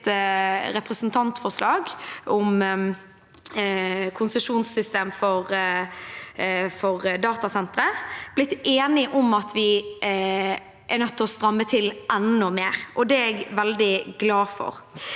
blitt enig om at vi er nødt til å stramme til enda mer. Det er jeg veldig glad for.